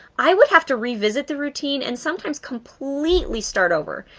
i would have to revisit the routine and sometimes completely start over.